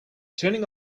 turning